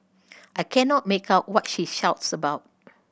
I cannot make out what she shouts about